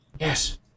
Yes